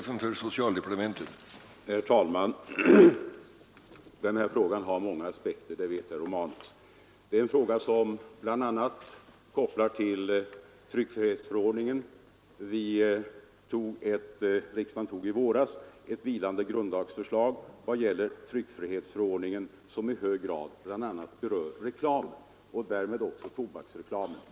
Herr talman! Den här frågan har många aspekter, det vet herr Romanus, bland annat finns det här en koppling till tryckfrihetsförordningen. Riksdagen antog i våras ett vilande grundlagsförslag vad gäller tryckfrihetsförordningen som i hög grad berör reklamen och därmed också tobaksreklamen.